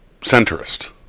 centrist